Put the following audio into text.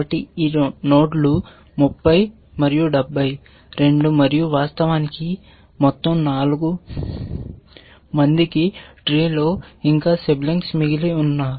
కాబట్టి ఈ నోడ్లు 30 మరియు 70 రెండూ మరియు వాస్తవానికి మొత్తం 4 మందికి ట్రీ లో ఇంకా సిబ్లింగ్స్ మిగిలి ఉన్నారు